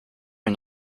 une